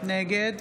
נגד